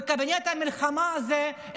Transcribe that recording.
בקבינט המלחמה הזה,